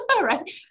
right